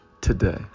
today